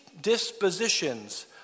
dispositions